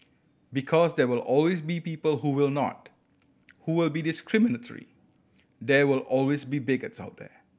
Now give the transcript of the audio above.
because there will always be people who will not who will be discriminatory there will always be bigots out there